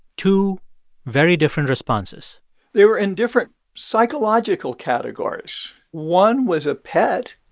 two very different responses they were in different psychological categories. one was a pet,